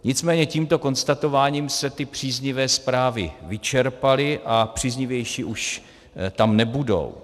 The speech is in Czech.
Nicméně tímto konstatováním se ty příznivé zprávy vyčerpaly a příznivější už tam nebudou.